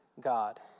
God